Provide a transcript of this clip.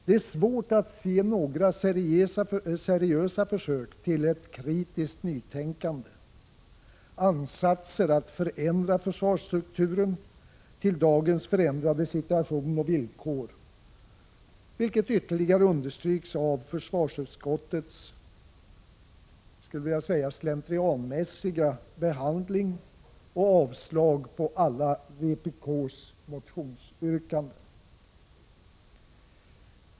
Det är svårt att se några seriösa försök till ett kritiskt nytänkande, ansatser att förändra försvarsstrukturen till dagens förändrade situation och villkor, vilket ytterligare understryks av försvarsutskottets, låt mig säga, slentrianmässiga behandling av och hemställan om avslag på alla vpk:s motionsyrkanden.